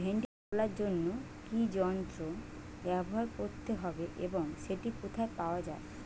ভিন্ডি তোলার জন্য কি যন্ত্র ব্যবহার করতে হবে এবং সেটি কোথায় পাওয়া যায়?